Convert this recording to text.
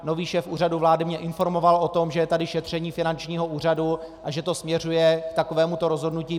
Nový šéf Úřadu vlády mě informoval o tom, že je tady šetření finančního úřadu a že to směřuje k takovémuto rozhodnutí.